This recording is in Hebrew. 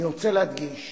אני רוצה להדגיש,